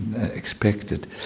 expected